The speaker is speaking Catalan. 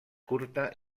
curta